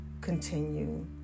continue